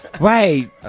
Right